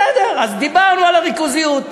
בסדר, אז דיברנו על הריכוזיות.